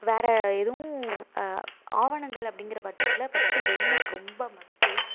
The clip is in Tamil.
வேறு எதுவும் ஆவணங்கள் அப்படிங்கிற பட்சத்தில ஃபர்ஸ்ட் ஹெல்மெட் ரொம்ப மஸ்ட்டு